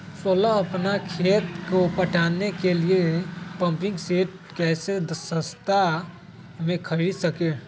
सोलह अपना खेत को पटाने के लिए पम्पिंग सेट कैसे सस्ता मे खरीद सके?